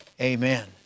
amen